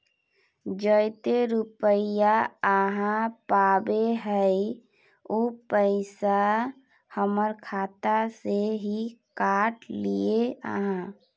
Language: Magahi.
जयते रुपया आहाँ पाबे है उ पैसा हमर खाता से हि काट लिये आहाँ?